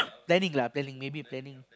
planning lah planning maybe planning